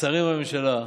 שרים בממשלה,